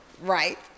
Right